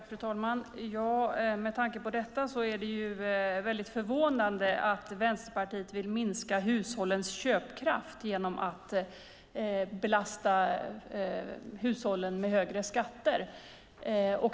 Fru talman! Med tanke på detta är det väldigt förvånande att Vänsterpartiet vill minska hushållens köpkraft genom att belasta hushållen med högre skatter.